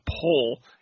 poll